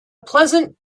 pleasant